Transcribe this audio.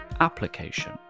application